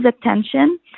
attention